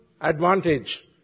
advantage